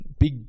big